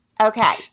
Okay